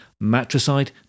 matricide